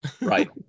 Right